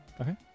okay